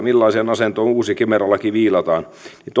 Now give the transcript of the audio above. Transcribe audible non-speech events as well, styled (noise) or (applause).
(unintelligible) millaiseen asentoon uusi kemera laki viilataan niin (unintelligible)